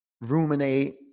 ruminate